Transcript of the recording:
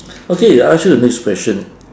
okay I ask you the next question